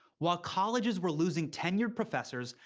while colleges were losing tenured professors,